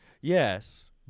Yes